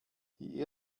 die